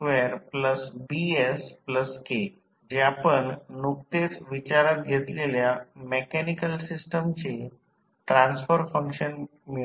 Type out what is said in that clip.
होईल YF1Ms2BsK जे आपण नुकतेच विचारात घेतलेल्या मेकॅनिकल सिस्टमचे ट्रान्सफर फंक्शन मिळाले